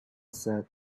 said